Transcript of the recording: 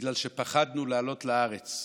בגלל שפחדנו לעלות לארץ.